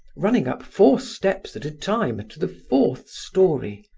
running up four steps at a time to the fourth story.